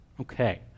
Okay